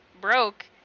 broke